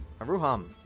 Aruham